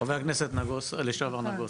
חבר הכנסת לשעבר, נגוסה.